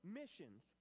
missions